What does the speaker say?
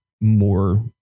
more